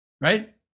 right